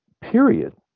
period